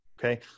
okay